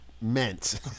meant